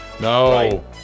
No